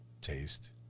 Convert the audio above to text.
Taste